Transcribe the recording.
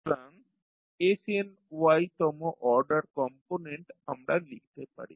সুতরাং snY তম order component আমরা লিখতে পারি